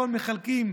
הכול מחלקים,